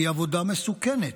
זוהי עבודה מסוכנת,